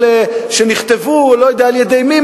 אלא יש נציבות?